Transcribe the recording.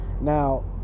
Now